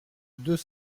deux